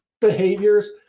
behaviors